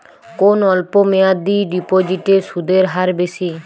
কোন অল্প মেয়াদি ডিপোজিটের সুদের হার বেশি?